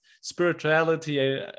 spirituality